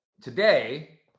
today